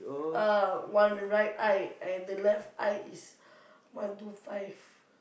ah one right eye and the left eye is one two five